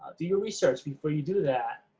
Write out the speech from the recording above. do your research before you do that.